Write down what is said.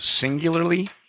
singularly